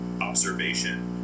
observation